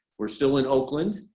we're still in oakland.